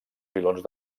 pilons